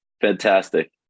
fantastic